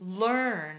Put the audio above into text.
learn